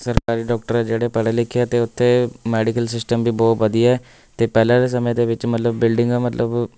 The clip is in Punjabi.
ਸਰਕਾਰੀ ਡਾਕਟਰ ਆ ਜਿਹੜੇ ਪੜ੍ਹੇ ਲਿਖੇ ਅਤੇ ਉੱਥੇ ਮੈਡੀਕਲ ਸਿਸਟਮ ਵੀ ਬਹੁਤ ਵਧੀਆ ਅਤੇ ਪਹਿਲਾਂ ਦੇ ਸਮੇਂ ਦੇ ਵਿੱਚ ਮਤਲਬ ਬਿਲਡਿੰਗਾਂ ਮਤਲਬ